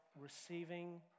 receiving